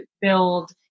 build